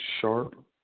sharp